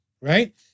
Right